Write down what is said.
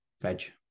veg